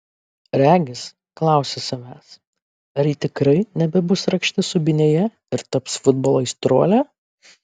regis klausia savęs ar ji tikrai nebebus rakštis subinėje ir taps futbolo aistruole